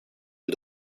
sie